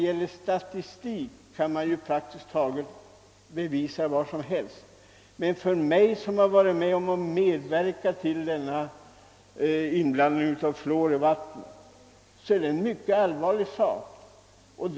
Med statistik kan man bevisa praktiskt taget vad som helst, men för mig som medverkat till att vatten har tillsatts med fluor är detta en myc ket allvarlig fråga.